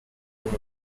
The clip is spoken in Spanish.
como